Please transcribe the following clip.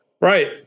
Right